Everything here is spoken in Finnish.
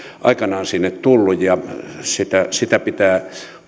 aikanaan sinne tullut ja sitä sitä pitää